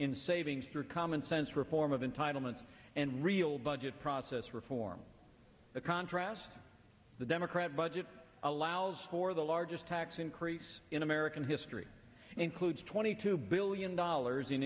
in savings for common sense reform of entitlement and real budget process reform a contrast the democrat budget allows for the largest tax increase in american history includes twenty two billion dollars in